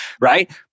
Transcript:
right